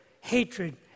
hatred